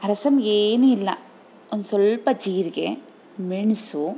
ಆ ರಸಮ್ ಏನು ಇಲ್ಲ ಒಂದು ಸ್ವಲ್ಪ ಜೀರಿಗೆ ಮೆಣಸು